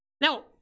Now